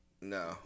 No